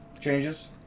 changes